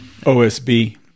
OSB